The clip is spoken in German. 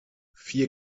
vier